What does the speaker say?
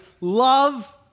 Love